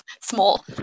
Small